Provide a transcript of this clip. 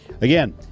again